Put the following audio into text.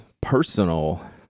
personal